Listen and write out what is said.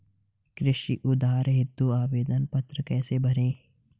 कृषि उधार हेतु आवेदन पत्र कैसे भरें?